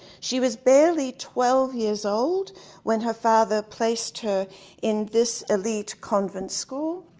she was barely twelve years old when her father placed her in this elite convent school.